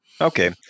Okay